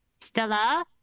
Stella